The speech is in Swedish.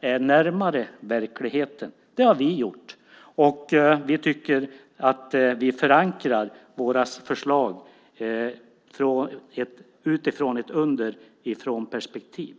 är närmare verkligheten! Det har vi gjort. Vi förankrar våra förslag utifrån ett underifrånperspektiv.